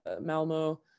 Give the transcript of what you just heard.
Malmo